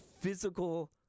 physical